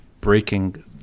breaking